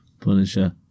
Punisher